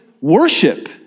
worship